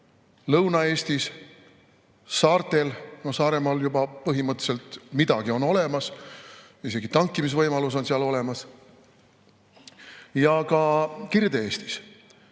Lõuna-Eestis, saartel – Saaremaal juba põhimõtteliselt midagi on olemas, isegi tankimisvõimalus on seal olemas – ja ka Kirde-Eestis.